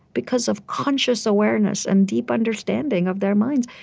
because of conscious awareness and deep understanding of their minds,